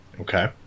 okay